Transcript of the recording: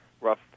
rough